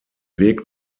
weg